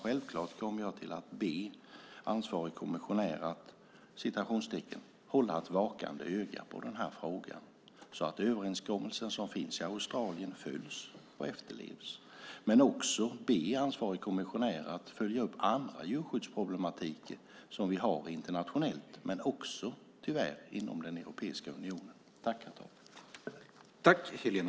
Jag kommer självfallet att be ansvarig kommissionär att hålla ett vakande öga på den här frågan så att den överenskommelse som finns i Australien följs och efterlevs. Jag kommer också att be ansvarig kommissionär att följa upp andra djurskyddsproblem som vi har internationellt och tyvärr också i Europeiska unionen.